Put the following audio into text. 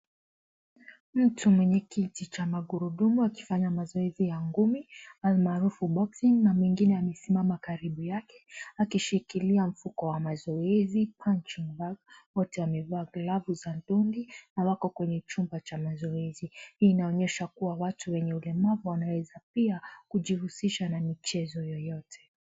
Mtu mwenye kiti cha magurudumu akifanya mazoezi ya ngumi, almaharufu boxing na mengine amesimama karibu yake akishikilia mfuko wa mazoezi . Wote wamevaa glovu za ngumi na wako kwenye chumba cha mazoezi . Hii inaoyesha kuwa watu wenye ulemavu wanaeza pia kujihusisha na michezo yeyote .